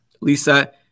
Lisa